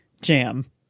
jam